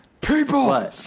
people